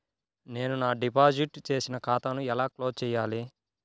నేను నా డిపాజిట్ చేసిన ఖాతాను ఎలా క్లోజ్ చేయాలి?